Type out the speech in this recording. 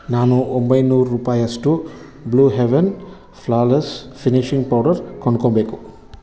ನಾನು ಒಂಬೈನೂರು ರೂಪಾಯಷ್ಟು Blue Heaven flawless finishing powder ಕೊಂಡ್ಕೋಬೇಕು